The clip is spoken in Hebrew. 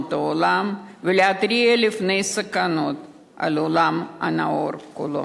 מדינות העולם ולהתריע מפני הסכנות על העולם הנאור כולו.